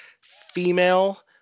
female